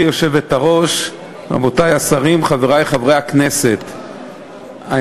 התשע"ד 2014, של חבר הכנסת ניסן